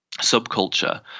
subculture